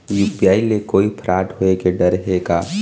UPI ले कोई fraud होए के डर हे का?